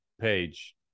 page